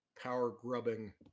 power-grubbing